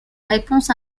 réponse